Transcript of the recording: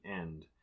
end